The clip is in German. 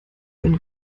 bin